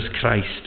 Christ